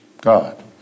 God